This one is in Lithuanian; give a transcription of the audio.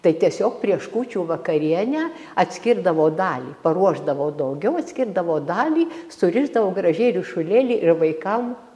tai tiesiog prieš kūčių vakarienę atskirdavo dalį paruošdavo daugiau atskirdavo dalį surišdavo gražiai ryšulėlį ir vaikam